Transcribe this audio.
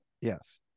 Yes